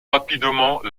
rapidement